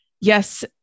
yes